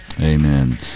Amen